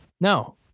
No